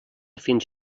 fins